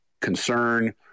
concern